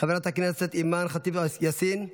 חברת הכנסת אימאן ח'טיב יאסין,